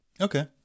okay